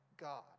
God